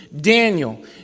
Daniel